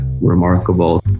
remarkable